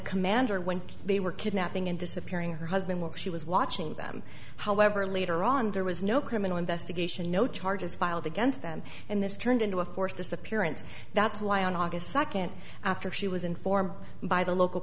commander when they were kidnapping and disappearing her husband works she was watching them however later on there was no criminal investigation no charges filed against them and this turned into a forced disappearance that's why on august second after she was informed by the local